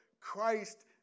Christ